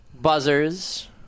buzzers